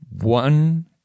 one